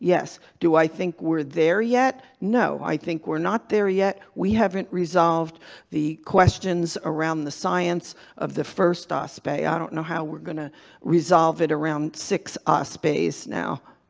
yes. do i think we're there yet? no. i think we're not there yet. we haven't resolved the questions around the science of the first ah ospa. i don't know how we're going to resolve it around six ah ospa's now.